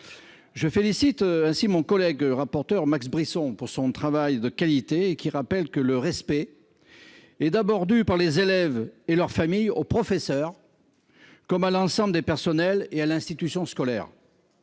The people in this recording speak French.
Je félicite mon collègue rapporteur Max Brisson de son travail de qualité ; il rappelle que le respect est d'abord dû par les élèves et leurs familles aux professeurs, à l'ensemble des personnels et à l'institution scolaire.